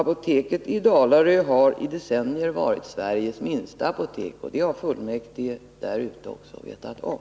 Apoteket i Dalarö har i decennier varit Sveriges minsta apotek, och det har fullmäktige därute också vetat om.